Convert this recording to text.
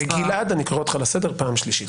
גלעד, אני קורא אותך לסדר פעם שלישית.